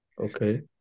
Okay